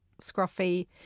scruffy